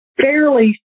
fairly